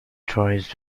tourist